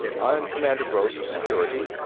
i'm commander gross of security.